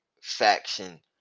faction